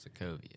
Sokovia